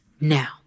now